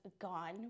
gone